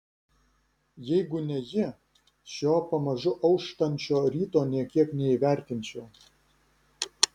jeigu ne ji šio pamažu auštančio ryto nė kiek neįvertinčiau